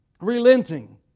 relenting